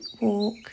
walk